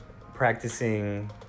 practicing